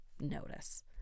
notice